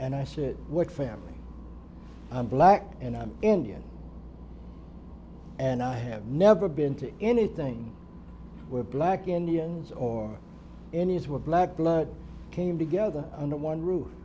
and i said what family i'm black and i'm indian and i have never been to anything where black indians or any is where black blood came together under one roof